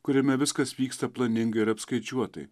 kuriame viskas vyksta planingai ir apskaičiuotai